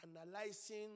analyzing